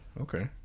Okay